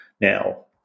Now